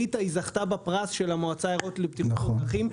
ליטא זכתה בפרס של המועצה האירופית לבטיחות בדרכים,